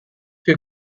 you